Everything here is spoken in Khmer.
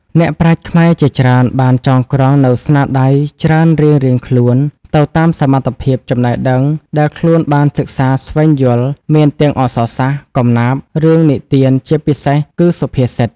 អ្នកប្រាជ្ញខ្មែរជាច្រើនបានចងក្រងនូវស្នាដៃច្រើនរៀងៗខ្លួនទៅតាមសមត្ថភាពចំណេះដឹង ដែលខ្លួនបានសិក្សាស្វែងយល់មានទាំងអក្សសាស្រ្ត កំណាព្យ រឿងនិទានជាពិសេសគឺសុភាសិត។